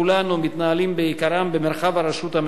מתנהלים בעיקרם במרחב הרשות המקומית.